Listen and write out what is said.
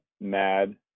mad